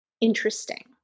interesting